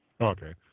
Okay